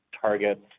targets